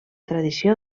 tradició